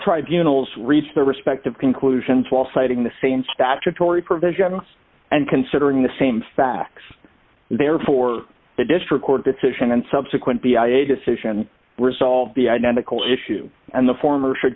tribunals reach their respective conclusions while citing the same statutory provisions and considering the same facts therefore the district court decision and subsequent b i a decision resolved the identical issue and the former should